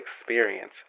experience